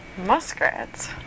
Muskrats